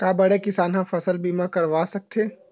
का बड़े किसान ह फसल बीमा करवा सकथे?